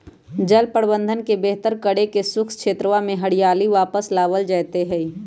जल प्रबंधन के बेहतर करके शुष्क क्षेत्रवा में हरियाली वापस लावल जयते हई